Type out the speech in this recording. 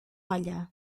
olha